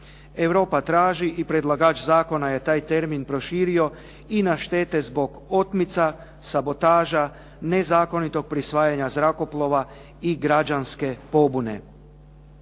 Europa traži i predlagač zakona je taj termin proširio i na štete zbog otmica, sabotaža, nezakonitog prisvajanja zrakoplova i građanske pobune.